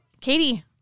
Katie